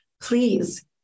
please